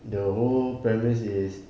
the whole premise is